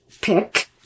pick